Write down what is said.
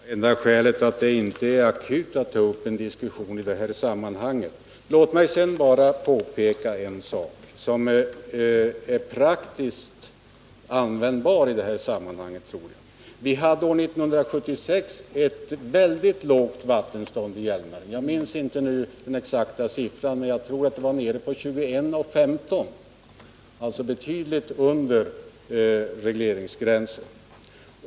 Fru talman! Mitt enda skäl är att det inte är akut att ta upp en diskussion i sammanhanget. Låt mig sedan peka på en faktisk händelse. År 1976 var vattenståndet i sjön Hjälmaren väldigt lågt. Jag minns inte den exakta siffran, men jag tror att det låg på 21,15, dvs. betydligt under regleringsgränsen.